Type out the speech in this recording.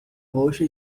roxa